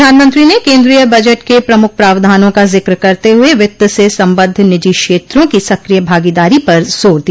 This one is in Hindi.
प्रधानमंत्री ने केन्द्रीय बजट के प्रमुख प्रावधानों का जिक्र करते हुए वित्त से सम्बद्ध निजी क्षेत्रों की सक्रिय भागीदारी पर जोर दिया